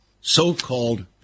so-called